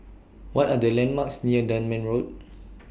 What Are The landmarks near Dunman Road